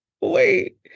wait